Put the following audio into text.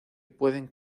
pueden